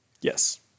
Yes